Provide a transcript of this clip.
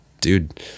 dude